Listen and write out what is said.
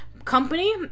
company